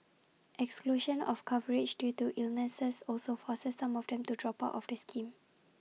exclusion of coverage due to illnesses also forces some of them to drop out of the scheme